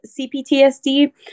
CPTSD